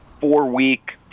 four-week